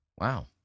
Wow